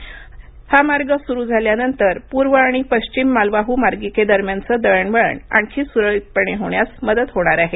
या मार्ग सुरू झाल्यानंतर पूर्व आणि पश्चिम मालवाहू मार्गिकेदरम्यानचं दळणवळण आणखी सुरळितपणे होण्यास मदत होणार आहे